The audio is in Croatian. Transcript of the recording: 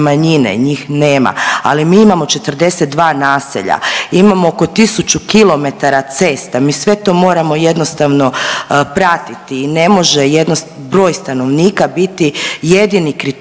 Njih nema. Ali mi imamo 42 naselja, imamo oko 1000 km cesta. Mi sve to moramo jednostavno pratiti. Ne može broj stanovnika biti jedini kriterij